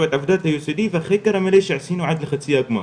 את המחקר היסודי והחקר המלא שעשינו עד לחצי הגמר,